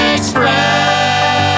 Express